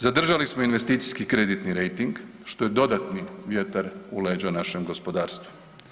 Zadržali smo investicijski kreditni rejting što je dodatni vjetar u leđa našem gospodarstvu.